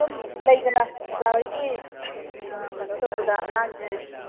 ꯁꯨꯝ ꯂꯩꯗꯅ ꯑꯣꯖꯥ ꯍꯣꯏꯒꯤ ꯀꯩꯅꯣ ꯇꯧꯕꯗ ꯑꯉꯥꯡꯁꯦ